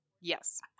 yes